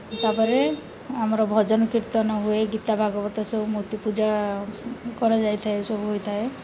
ତା'ପରେ ଆମର ଭଜନ କୀର୍ତ୍ତନ ହୁଏ ଗୀତା ଭାଗବତ ସବୁ ମୂର୍ତ୍ତି ପୂଜା କରାଯାଇଥାଏ ସବୁ ହୋଇଥାଏ